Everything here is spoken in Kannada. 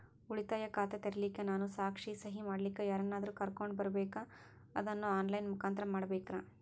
ಉಳಿತಾಯ ಖಾತ ತೆರಿಲಿಕ್ಕಾ ನಾನು ಸಾಕ್ಷಿ, ಸಹಿ ಮಾಡಲಿಕ್ಕ ಯಾರನ್ನಾದರೂ ಕರೋಕೊಂಡ್ ಬರಬೇಕಾ ಅದನ್ನು ಆನ್ ಲೈನ್ ಮುಖಾಂತ್ರ ಮಾಡಬೇಕ್ರಾ?